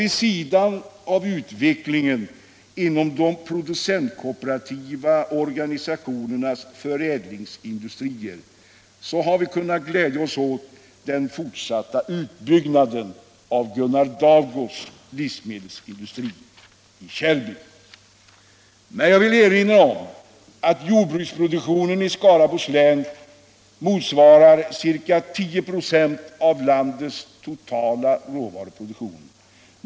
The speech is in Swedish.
Vid sidan av utvecklingen inom de producentkooperativa organisationernas förädlingsindustrier har vi kunnat glädja oss åt fortsatta utbyggnader av Gunnar Dafgårds livsmedelsindustri i Källby. Men jag vill erinra om att jordbruksproduktionen i Skaraborgs län motsvarar ca 10 926 av landets totala råvaruproduktion.